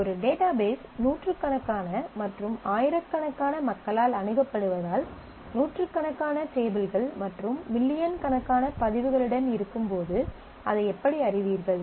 ஒரு டேட்டாபேஸ் நூற்றுக்கணக்கான மற்றும் ஆயிரக்கணக்கான மக்களால் அணுகப்படுவதால் நூற்றுக்கணக்கான டேபிள்கள் மற்றும் மில்லியன் கணக்கான பதிவுகளுடன் இருக்கும் போது அதை எப்படி அறிவீர்கள்